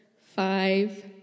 five